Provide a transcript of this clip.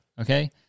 okay